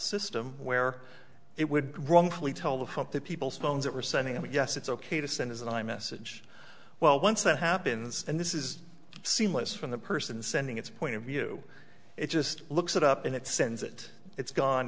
system where it would wrongfully tell the hump to people's phones that were sending them yes it's ok to send as and i message well once that happens and this is seamless from the person sending its point of view it just looks it up and it sends it it's gone